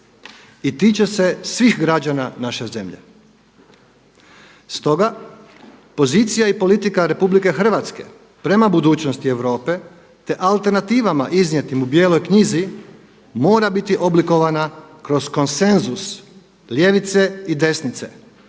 i tiče se svih građana naše zemlje. Stoga pozicija i politika Republike Hrvatske prema budućnosti Europe, te alternativama iznijetim u Bijeloj knjizi mora biti oblikovana kroz konsenzus ljevice i desnice